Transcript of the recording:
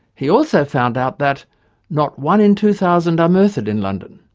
he also found out that not one in two thousand are murthered in london,